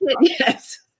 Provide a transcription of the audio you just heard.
Yes